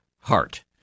Heart